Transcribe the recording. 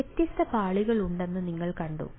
അതിനാൽ വ്യത്യസ്ത പാളികളുണ്ടെന്ന് നിങ്ങൾ കണ്ടു